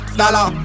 dollar